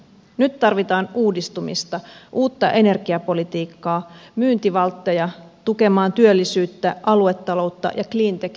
nyt tarvitaan uudistumista uutta energiapolitiikkaa myyntivaltteja tukemaan työllisyyttä aluetaloutta ja cleantech vientiä